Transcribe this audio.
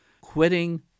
Quitting